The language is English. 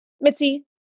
Mitzi